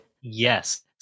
Yes